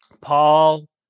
Paul